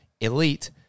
elite